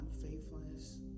unfaithfulness